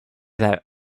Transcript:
that